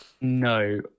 No